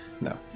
No